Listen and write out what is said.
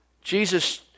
Jesus